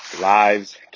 lives